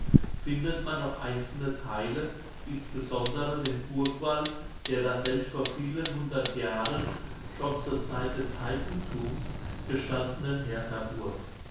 findet man noch einzelne theile insbesondere den burgwall der daselbst vor vielen hundert jahren schon zur zeit des heidenthums gestandenen